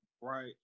right